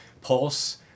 pulse